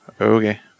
Okay